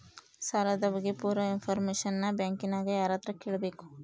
ಸಾಲದ ಬಗ್ಗೆ ಪೂರ ಇಂಫಾರ್ಮೇಷನ ಬ್ಯಾಂಕಿನ್ಯಾಗ ಯಾರತ್ರ ಕೇಳಬೇಕು?